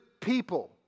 people